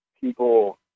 people